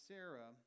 Sarah